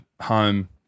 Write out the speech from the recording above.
home